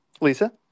Lisa